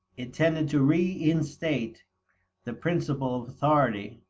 it tended to reinstate the principle of authority.